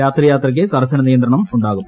രാത്രി യാത്രയ്ക്ക് കർശന നിയന്ത്രണം ഉണ്ടാകും